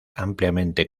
ampliamente